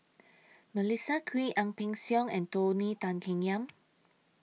Melissa Kwee Ang Peng Siong and Tony Tan Keng Yam